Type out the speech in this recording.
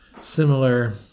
similar